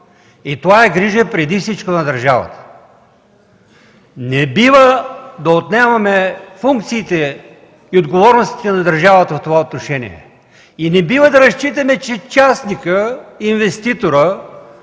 Това е грижа преди всичко на държавата. Не бива да отнемаме функциите и отговорностите на държавата в това отношение. Не бива и да разчитаме, че частникът, инвеститорът,